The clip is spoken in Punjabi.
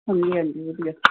ਹਾਂਜੀ ਹਾਂਜੀ ਵਧੀਆ